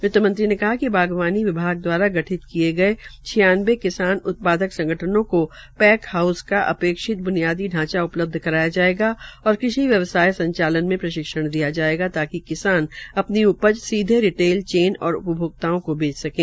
वित्तमंत्री ने कहा कि बागवानी विभाग दवारा गठित किये गये छियानवे किसान उत्पादक संगठनों को पैक हाउस का अपेक्षित बुनियादी ढांच उपलब्ध कराया जायेगा और कृषि व्यवसाय संचालन मे परीक्षण दिया जायेगा ताकि किसान अपन उपज सीधे रिटेल चेन और उपभोक्ताओ को बेच सकें